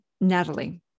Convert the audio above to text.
Natalie